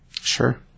Sure